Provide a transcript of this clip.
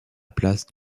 place